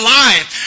life